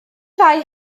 ddau